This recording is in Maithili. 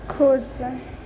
खुश